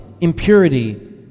impurity